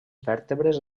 vèrtebres